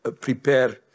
prepare